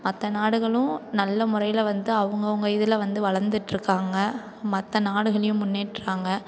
மற்ற நாடுகளும் நல்ல முறையில் வந்து அவங்கவுங்க இதில் வந்து வளர்ந்துட்ருக்காங்க மற்ற நாடுகளையும் முன்னேற்றாங்க